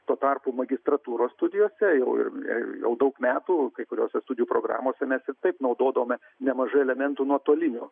tuo tarpu magistrantūros studijose jau ir jau daug metų kai kurios studijų programose mes ir taip naudodavome nemažai elementų nuotolinių